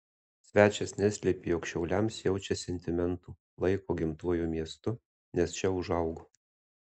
svečias neslėpė jog šiauliams jaučia sentimentų laiko gimtuoju miestu nes čia užaugo